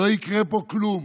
לא יקרה פה כלום.